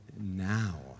now